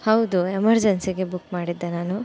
ಹೌದು ಎಮರ್ಜೆನ್ಸಿಗೆ ಬುಕ್ ಮಾಡಿದ್ದೆ ನಾನು